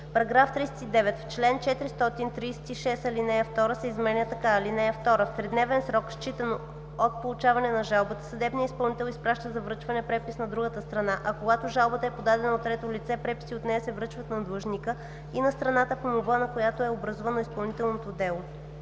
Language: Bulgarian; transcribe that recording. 39: „§ 39. В чл. 436 ал. 2 се изменя така: „(2) В тридневен срок, считано от получаване на жалбата, съдебният изпълнител изпраща за връчване препис на другата страна, а когато жалбата е подадена от трето лице, преписи от нея се връчват на длъжника и на страната, по молба на която е образувано изпълнителното дело.“